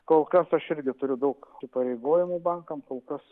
kol kas aš irgi turiu daug įsipareigojimų bankam kol kas